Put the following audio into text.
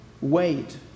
Wait